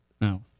No